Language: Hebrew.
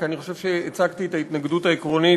כי אני חושב שהצגתי את ההתנגדות העקרונית